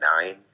nine